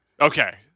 Okay